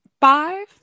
five